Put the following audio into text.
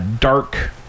dark